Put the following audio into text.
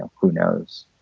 who knows?